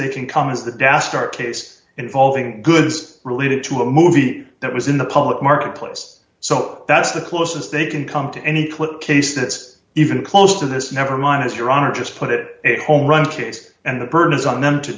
they can come is the dastard case involving goods related to a movie that was in the public marketplace so that's the closest they can come to any clip case that's even close to this never mind as your honor just put it home run chase and the burden is on them to